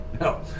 no